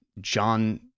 John